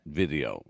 video